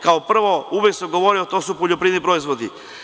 Kao prvo, uvek sam govorio da su to poljoprivredni proizvodi.